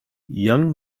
young